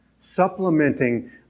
supplementing